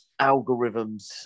algorithms